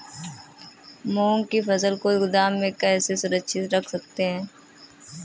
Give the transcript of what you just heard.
मूंग की फसल को गोदाम में कैसे सुरक्षित रख सकते हैं?